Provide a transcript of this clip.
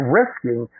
risking